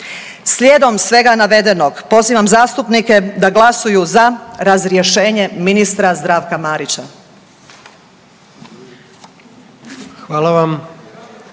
Slijedom svega navedenog pozivam zastupnike da glasuju za razrješenje ministra Zdravka Marića.